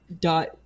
Dot